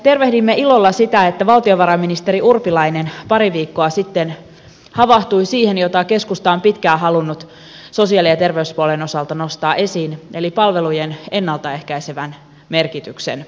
tervehdimme ilolla sitä että valtiovarainministeri urpilainen pari viikkoa sitten havahtui siihen mitä keskusta on pitkään halunnut sosiaali ja terveyspuolen osalta nostaa esiin eli palvelujen ennalta ehkäisevän merkityksen huoleen